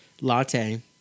latte